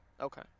Okay